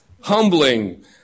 Humbling